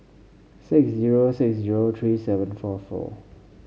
six zero six zero three seven four four